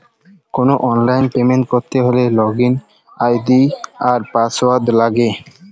call অললাইল payment ক্যরতে হ্যলে লগইল আই.ডি আর পাসঅয়াড় লাগে